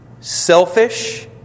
Selfish